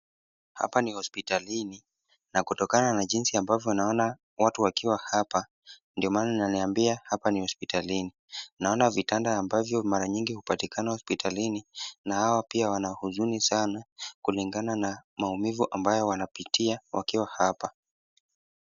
Hapa ni hospitalini na kutokana na jinsi ambavyo naona watu wakiwa hapa ndio maana inaniambia hapa ni hospitalini. Naona vitanda ambavyo mara nyingi hupatikana hospitalini na hawa pia wanahuzuni sana kulingana na maumivu ambayo wanapitia wakiwa hapa.